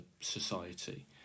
society